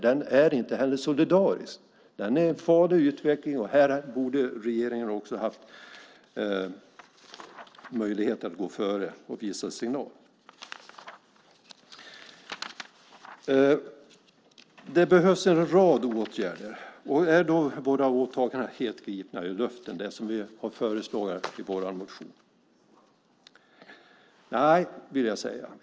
Den är inte heller solidarisk. Det är en farlig utveckling. Här borde regeringen ha haft möjlighet att gå före och ge en signal. Det behövs en rad åtgärder. Är då våra åtaganden som vi har föreslagit i vår motion helt gripna ur luften? Nej, vill jag säga.